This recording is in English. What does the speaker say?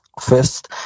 First